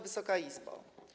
Wysoka Izbo!